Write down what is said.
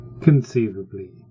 conceivably